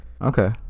Okay